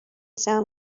sound